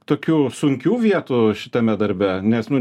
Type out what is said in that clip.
tokių sunkių vietų šitame darbe nes nu